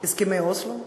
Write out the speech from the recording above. הסכמי אוסלו,